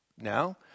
Now